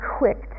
quick